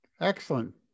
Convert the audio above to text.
Excellent